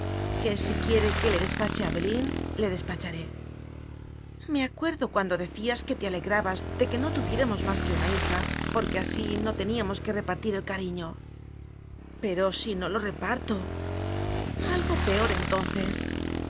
que si quiere que le despache a abelín le despacharé me acuerdo cuando decías que te ale grabas de que no tuviéramos más que una hija porque así no teníamos que repartir el cariño a pero si no lo reparto algo peor entonces